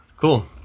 Cool